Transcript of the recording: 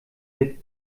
wird